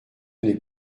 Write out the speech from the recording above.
n’est